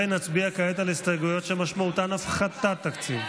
נצביע כעת על הסתייגויות שמשמעותן הפחתת תקציב.